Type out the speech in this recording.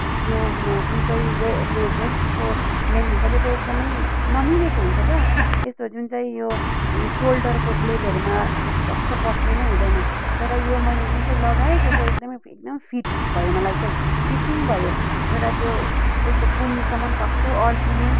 यो जुन चाहिँ वेले वेस्टको लेन्थ हुन्छ के त्यो एकदमै नमिलेको हुन्छ त यस्तो जुन चाहिँ यो सोल्डरको ब्लेडहरूमा एकदम टक्क बस्ने नै हुँदैन तर यो मैले जुन चाहिँ लगाएँ त्यो चाहिँ एकदमै एकदम फिट भयो मलाई चाहिँ फिटिङ भयो एउटा त्यो यस्तो कुमसम्म टक्कै अड्किने